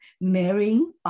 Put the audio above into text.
marrying